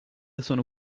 sono